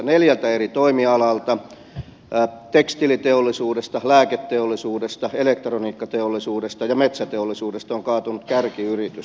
neljältä eri toimialalta tekstiiliteollisuudesta lääketeollisuudesta elektroniikkateollisuudesta ja metsäteollisuudesta on kaatunut kärkiyritys